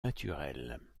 naturelles